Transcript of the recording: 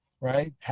right